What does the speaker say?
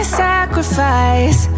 sacrifice